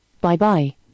Bye-bye